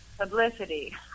publicity